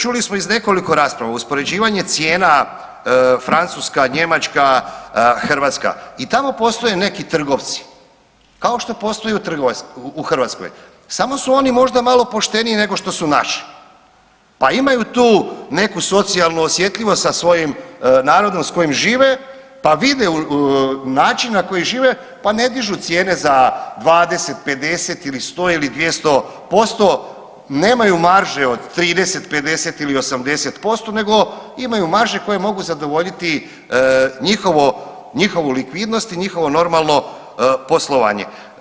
Čuli smo iz nekoliko rasprava, uspoređivanje cijena Francuska – Njemačka – Hrvatska i tamo postoje neki trgovci kao što postoji u Hrvatskoj, samo su oni možda malo pošteniji nego što su naši pa imaju tu neku socijalnu osjetljivost sa svojim narodom kojim žive pa vide način na koji žive pa ne dižu cijene za 20, 50 ili 100 ili 200%, nemaju marže od 30, 50 ili 80% nego imaju marže koje mogu zadovoljiti njihovu likvidnost i njihovo normalno poslovanje.